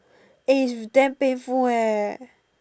eh it's damn painful eh